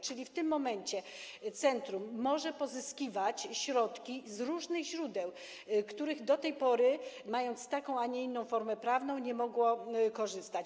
Czyli w tym momencie centrum może pozyskiwać środki z różnych źródeł, z których do tej pory, mając taką, a nie inną formę prawną, nie mogło korzystać.